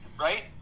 Right